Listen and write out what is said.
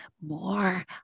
more